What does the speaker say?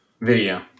Video